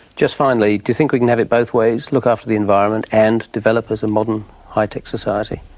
just finally, do you think we can have it both ways look after the environment and develop as a modern high-tech society?